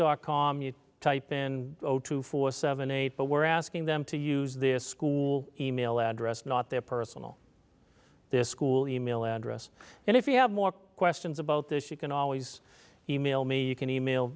our com you type in two four seven eight but we're asking them to use their school e mail address not their personal this school email address and if you have more questions about this you can always email me you can email